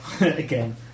Again